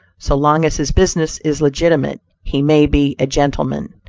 so long as his business is legitimate, he may be a gentleman.